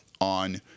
on